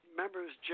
members